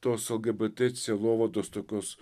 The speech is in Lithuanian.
tos lgbt sielovados tokios